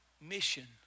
mission